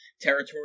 territory